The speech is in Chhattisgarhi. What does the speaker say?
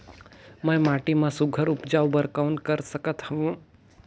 मैं माटी मा सुघ्घर उपजाऊ बर कौन कर सकत हवो?